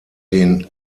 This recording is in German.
den